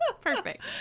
perfect